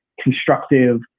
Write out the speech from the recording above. constructive